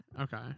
Okay